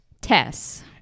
Tess